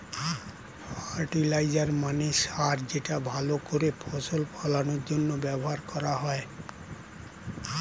fertiliser মানে সার যেটা ভালো করে ফসল ফলনের জন্য ব্যবহার হয়